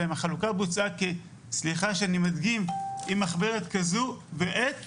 החלוקה בוצעה במחברת כזו ועט